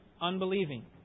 unbelieving